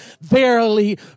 Verily